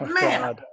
Man